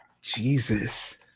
Jesus